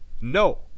No